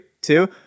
two